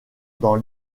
dans